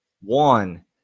one